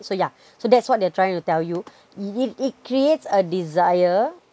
so yeah so that's what they're trying to tell you it it creates a desire